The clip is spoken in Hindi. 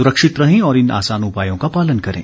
सुरक्षित रहें और इन आसान उपायों का पालन करें